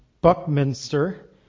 Buckminster